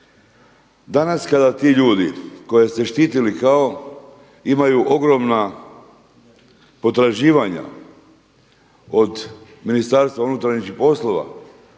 Danas kada ti ljudi koje ste štitili kao imaju ogromna potraživanja od Ministarstva unutrašnjih poslova